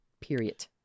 period